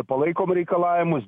palaikom reikalavimus